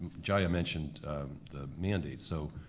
jaya mentioned the mandates, so.